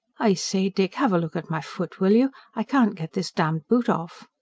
i say, dick, have a look at my foot, will you? i can't get this damned boot off.